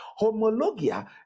Homologia